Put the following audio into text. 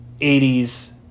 80s